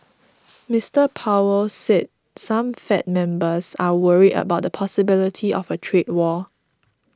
Mister Powell say some Fed members are worried about the possibility of a trade war